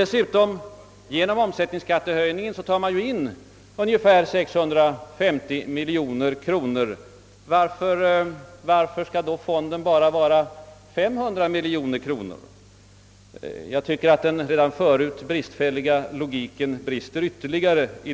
Dessutom tar man genom höjning av omsättningsskatten in ungefär 650 miljoner kronor. Varför skall då fonden bara uppgå till 500 miljoner kronor? Jag tycker att den redan förut bristfälliga logiken brister ytterligare.